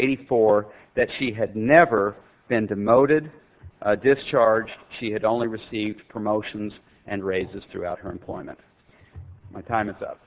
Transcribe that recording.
eighty four that she had never been demoted discharged she had only received promotions and raises throughout her employment my time is up